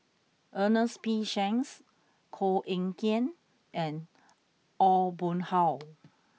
Ernest P Shanks Koh Eng Kian and Aw Boon Haw